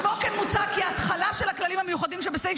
כמו כן מוצע כי התחילה של הכללים המיוחדים שבסעיף